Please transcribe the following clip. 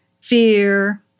fear